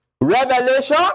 revelation